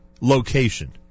location